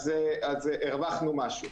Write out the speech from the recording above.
הרווחנו משהו.